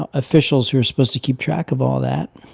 ah officials who are supposed to keep track of all that.